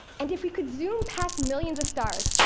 and if you could zoom past millions of stars,